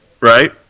Right